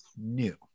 new